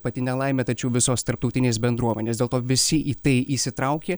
pati nelaimė tačiau visos tarptautinės bendruomenės dėl to visi į tai įsitraukė